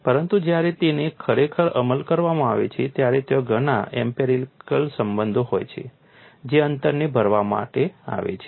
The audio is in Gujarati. પરંતુ જ્યારે તેનો ખરેખર અમલ કરવામાં આવે છે ત્યારે ત્યાં ઘણા એમ્પિરિકલ સંબંધો હોય છે જે અંતરને ભરવા માટે આવે છે